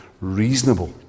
reasonable